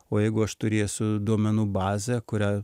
o jeigu aš turėsiu duomenų bazę kurią